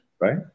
Right